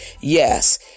Yes